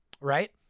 right